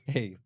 Hey